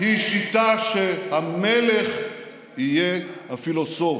היא שיטה שהמלך יהיה הפילוסוף,